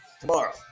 tomorrow